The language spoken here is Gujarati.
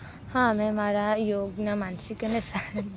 હા અમે મારા યોગના માનસિક અને સા